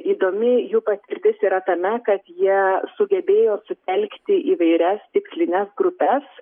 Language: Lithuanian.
įdomi jų paspirtis yra tame kad jie sugebėjo sutelkti įvairias tikslines grupes